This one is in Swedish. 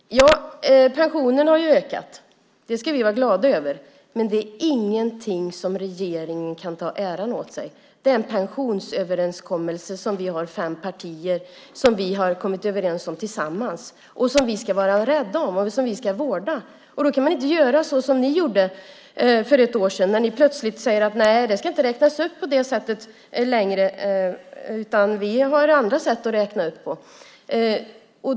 Pensionerna har ökat. Det ska vi vara glada över. Men det är ingenting som regeringen kan ta åt sig äran för. Pensionsöverenskommelsen var vi fem partier som kom överens om tillsammans. Den ska vi vara rädda om och vårda. Man kan inte göra så som ni gjorde för ett år sedan, när ni plötsligt sade: Nej, det ska inte räknas upp på det sättet längre; vi har andra sätt att räkna upp på.